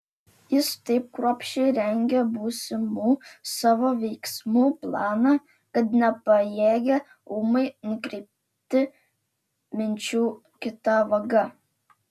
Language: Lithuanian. jis taip kruopščiai rengė būsimų savo veiksmų planą kad nepajėgė ūmai nukreipti minčių kita vaga